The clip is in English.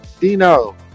Dino